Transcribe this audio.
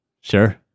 sure